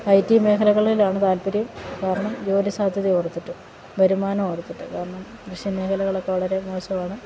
I T മേഖലകളിലാണ് താൽപര്യം കാരണം ജോലിസാധ്യത ഓർത്തിട്ട് വരുമാനം ഓർത്തിട്ട് കാരണം കൃഷി മേഖലയൊക്കെ വളരെ മോശമാണ്